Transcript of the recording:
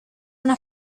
una